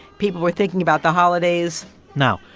people were thinking about the holidays now,